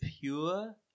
pure